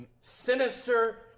sinister